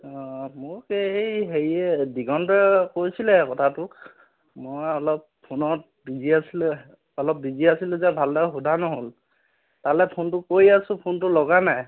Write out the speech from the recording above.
অঁ মোক এই হেৰিয়ে দিগন্তই কৈছিলে কথাটো মই অলপ ফোনত বিজি আছিলে বিজি আছিলোঁ অলপ বিজি আছিলোঁ যে ভালদৰে সোধা নহ'ল তালৈ ফোনটো কৰি আছো ফোনটো লগা নাই